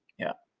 yeah,